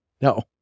No